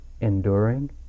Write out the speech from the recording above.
enduring